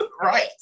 right